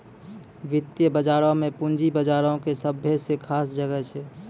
वित्तीय बजारो मे पूंजी बजारो के सभ्भे से खास जगह छै